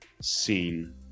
seen